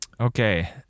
Okay